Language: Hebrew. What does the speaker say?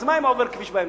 אז מה אם עובר כביש באמצע?